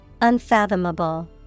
Unfathomable